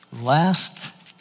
last